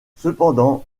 cependant